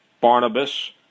Barnabas